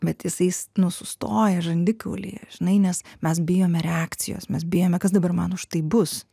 bet jisai nu sustoja žandikaulyje žinai nes mes bijome reakcijos mes bijome kas dabar man už tai bus